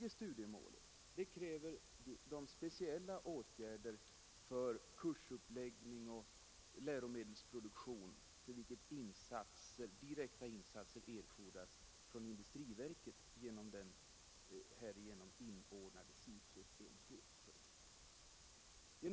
Det Torsdagen den tredje studiemålet kräver särskilda åtgärder för kursuppläggning och 16 maj 1974 läromedelsproduktion, för vilka direkta insatser erfordras från industriverket genom den inordnade SIFU-enheten.